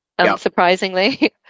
unsurprisingly